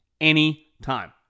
anytime